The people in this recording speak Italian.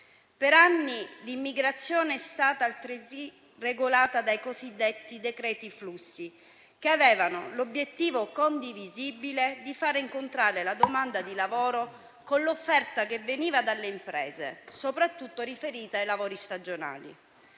Per anni l'immigrazione è stata altresì regolata dai cosiddetti decreti flussi, che avevano l'obiettivo condivisibile di far incontrare la domanda di lavoro con l'offerta che veniva dalle imprese, soprattutto riferita ai lavori stagionali.